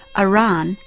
iran,